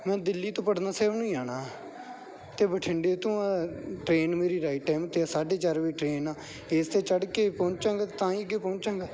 ਮੈਂ ਦਿੱਲੀ ਤੋਂ ਪਟਨਾ ਸਾਹਿਬ ਨੂੰ ਜਾਣਾ ਅਤੇ ਬਠਿੰਡੇ ਤੋਂ ਟ੍ਰੇਨ ਮੇਰੀ ਰਾਈਟ ਟਾਈਮ 'ਤੇ ਹੈ ਸਾਢੇ ਚਾਰ ਵਜੇ ਦੀ ਟ੍ਰੇਨ ਆ ਇਸ 'ਤੇ ਚੜ੍ਹ ਕੇ ਪਹੁੰਚਾਂਗਾ ਤਾਂ ਹੀ ਅੱਗੇ ਪਹੁੰਚਾਂਗਾ